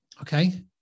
Okay